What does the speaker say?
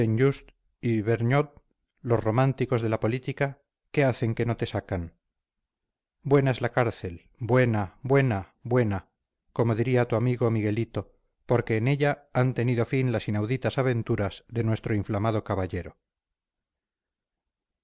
y vergniaud los románticos de la política qué hacen que no te sacan buena es la cárcel buena buena buena como diría tu amigo miguelito porque en ella han tenido fin las inauditas aventuras de nuestro inflamado caballero